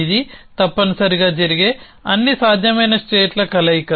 ఇది తప్పనిసరిగా జరిగే అన్ని సాధ్యమైన స్టేట్ల కలయిక